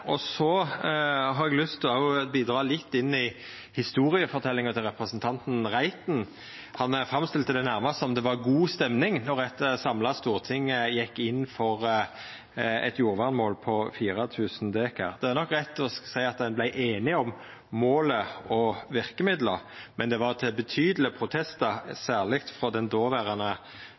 Så har eg lyst til å bidra litt inn i historieforteljinga til representanten Reiten. Han framstilte det nærmast som at det var god stemning då eit samla storting gjekk inn for eit jordvernmål på 4 000 dekar. Det er nok rett å seia at ein vart einige om målet og verkemidla, men det var til betydelege protestar, særleg frå dåverande